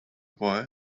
boy